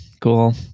cool